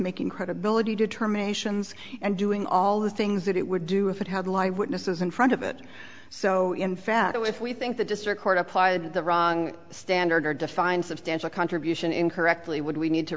making credibility determinations and doing all the things that it would do if it had live witnesses in front of it so in fact if we think the district court applied the wrong standard to find substantial contribution incorrectly would we need to